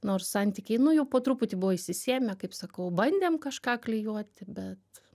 nors santykiai nu jau po truputį buvo išsisėmę kaip sakau bandėm kažką klijuoti bet